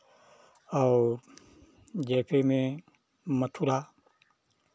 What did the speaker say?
और J P में मथुरा